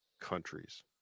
countries